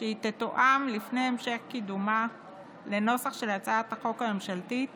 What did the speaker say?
שהיא תותאם לפני המשך קידומה לנוסח של הצעת החוק הממשלתית